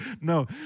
No